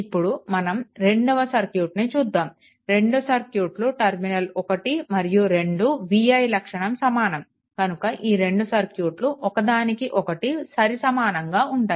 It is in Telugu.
ఇప్పుడు మనం రెండవ సర్క్యూట్ని చూద్దామురెండు సర్క్యూట్లు టర్మినల్1 మరియు 2 v i లక్షణం సమానం కనుక ఈ రెండు సర్క్యూట్లు ఒకదానికి ఒకటి సరిసమానంగా ఉంటాయి